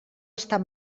estar